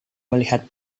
melihat